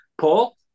Paul